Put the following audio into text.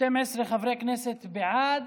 12 חברי כנסת בעד,